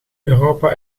europa